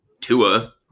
Tua